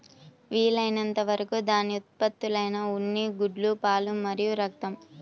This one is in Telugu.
వీలైనంత వరకు దాని ఉత్పత్తులైన ఉన్ని, గుడ్లు, పాలు మరియు రక్తం